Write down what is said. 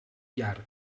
llarg